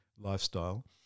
lifestyle